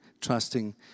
trusting